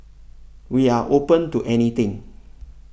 we are open to anything